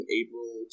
april